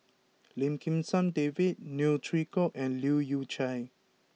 Lim Kim San David Neo Chwee Kok and Leu Yew Chye